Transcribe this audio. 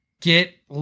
get